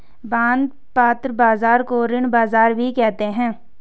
बंधपत्र बाज़ार को ऋण बाज़ार भी कहते हैं